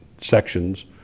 sections